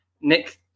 Nick